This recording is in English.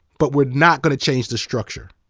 but we're not gonna change the structure.